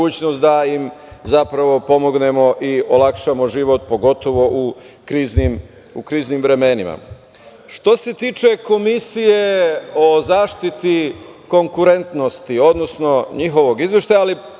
da im pomognemo i olakšamo život, pogotovu u kriznim vremenima. Što se tiče Komisije o zaštiti konkurentnosti, odnosno njihovog izveštaja,